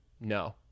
No